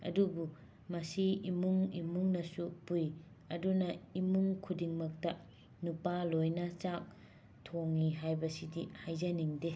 ꯑꯗꯨꯕꯨ ꯃꯁꯤ ꯏꯃꯨꯡ ꯏꯃꯨꯡꯅꯁꯨ ꯄꯨꯏ ꯑꯗꯨꯅ ꯏꯃꯨꯡ ꯈꯨꯗꯤꯡꯃꯛꯇ ꯅꯨꯄꯥ ꯂꯣꯏꯅ ꯆꯥꯛ ꯊꯣꯡꯏ ꯍꯥꯏꯕꯁꯤꯗꯤ ꯍꯥꯏꯖꯅꯤꯡꯗꯦ